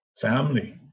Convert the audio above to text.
Family